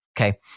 okay